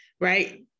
Right